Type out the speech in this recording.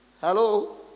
Hello